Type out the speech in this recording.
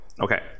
Okay